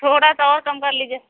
تھوڑا سا اور کم کر لیجیے